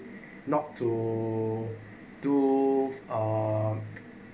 not to to ah